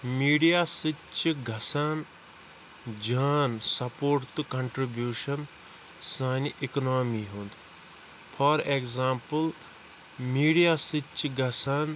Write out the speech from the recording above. media ہس سۭتۍ چھُ گژھان جان سَپوٹ تہٕ کَنٹرِبیوٗشن سانہِ اِکنامی ہُند فار ایٚکزامپٕل میٖڈیا سۭتۍ چھُ گژھان